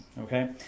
okay